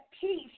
peace